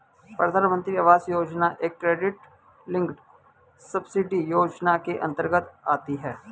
प्रधानमंत्री आवास योजना एक क्रेडिट लिंक्ड सब्सिडी योजना के अंतर्गत आती है